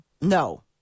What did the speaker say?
No